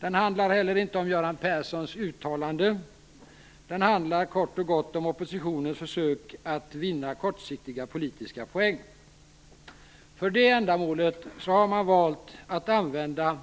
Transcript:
Den handlar inte heller om Göran Perssons uttalande. Den handlar kort och gott om oppositionens försök att vinna kortsiktiga politiska poäng. För det ändamålet har man valt att använda